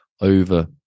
over